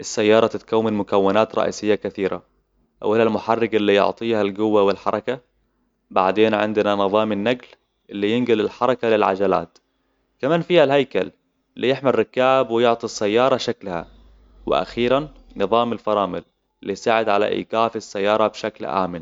السيارة تتكون من مكونات رئيسية كثيرة. أولاً المحرك اللي يعطيها القوة والحركة. بعدين عندنا نظام النقل اللي ينقل الحركة للعجلات. كمان فيها الهيكل اللي يحمي الركاب ويعطي السيارة شكلها. وأخيراً نظام الفرامل اللي يساعد على إيقاف السيارة بشكل آمن.